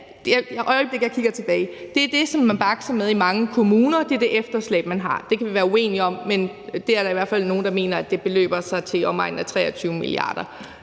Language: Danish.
har, er det, som man bakser med i mange kommuner. Det kan vi være uenige om, men der er i hvert fald nogle, der mener, at det beløber sig til i omegnen af 23 mia. kr.